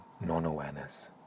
non-awareness